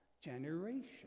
generation